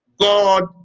God